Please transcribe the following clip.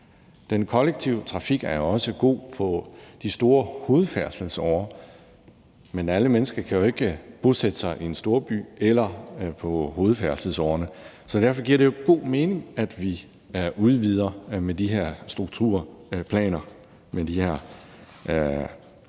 Den kollektive trafik er også god på de store hovedfærdselsårer, men alle mennesker kan jo ikke bosætte sig i en storby eller ved hovedfærdselsårerne. Så derfor giver det jo god mening, at vi udvider de her strukturplaner med de her